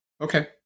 Okay